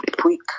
quick